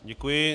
Děkuji.